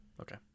Okay